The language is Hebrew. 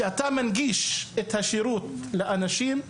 שכאשר אתה מנגיש את השירות לאנשים אז